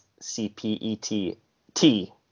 C-P-E-T-T